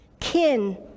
kin